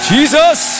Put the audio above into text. Jesus